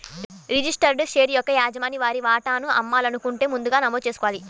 registered share యొక్క యజమాని వారి వాటాను అమ్మాలనుకుంటే ముందుగా నమోదు చేసుకోవాలి